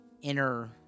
inner